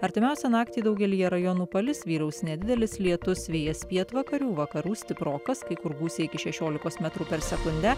artimiausią naktį daugelyje rajonų palis vyraus nedidelis lietus vėjas pietvakarių vakarų stiprokas kai kur gūsiai iki šešiolikos metrų per sekundę